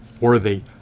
worthy